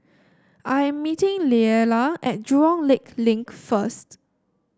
I am meeting Leala at Jurong Lake Link first